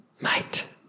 mate